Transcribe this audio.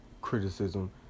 criticism